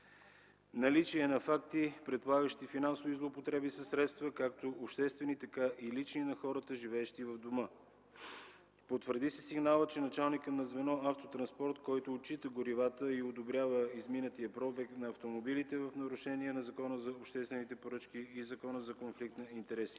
наличие на факти, предполагащи финансови злоупотреби със средства както обществени, така и лични на хората, живеещи в дома. Потвърди се сигналът, че началникът на звено „Автотранспорт”, който отчита горивата и одобрява изминатия пробег на автомобилите, е в нарушение на Закона за обществените поръчки и Закона за конфликт на интереси